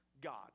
God